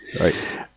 right